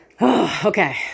Okay